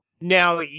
Now